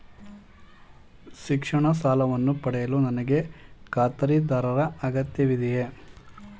ಶಿಕ್ಷಣ ಸಾಲವನ್ನು ಪಡೆಯಲು ನನಗೆ ಖಾತರಿದಾರರ ಅಗತ್ಯವಿದೆಯೇ?